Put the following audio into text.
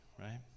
right